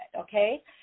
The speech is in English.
okay